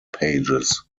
pages